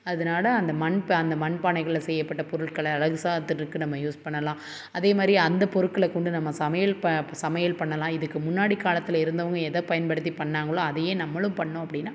அதனால அந்த மண் ப அந்த மண் பானைகள்ல செய்யப்பட்ட பொருட்களை அழகு சாதனத்துக்கு நம்ம யூஸ் பண்ணலாம் அதே மாதிரி அந்த பொருட்களை கொண்டு நம்ம சமையல் ப சமையல் பண்ணலாம் இதுக்கு முன்னாடி காலத் இருந்தவங்க எதை பயன்படுத்தி பண்ணாங்களோ அதையே நம்மளும் பண்ணோம் அப்படின்னா